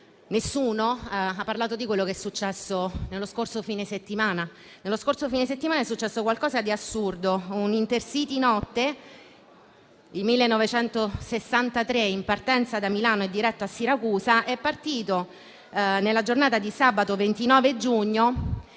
nessuno ha parlato di quello che è successo lo scorso fine settimana. Lo scorso fine settimana è successo qualcosa di assurdo. Un treno Intercity notte, il numero 1963, in partenza da Milano e diretto a Siracusa, è partito nella giornata di sabato 29 giugno